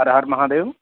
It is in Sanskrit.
हर हर् महादेव्